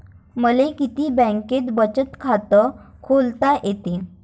मले किती बँकेत बचत खात खोलता येते?